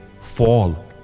fall